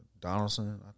Donaldson